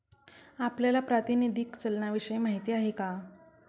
आपल्याला प्रातिनिधिक चलनाविषयी माहिती आहे का?